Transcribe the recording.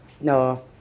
No